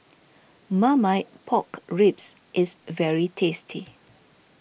Marmite Pork Ribs is very tasty